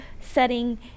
setting